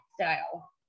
style